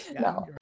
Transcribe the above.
no